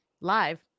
live